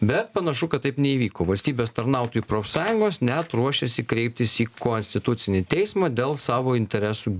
bet panašu kad taip neįvyko valstybės tarnautojų profsąjungos net ruošėsi kreiptis į konstitucinį teismą dėl savo interesų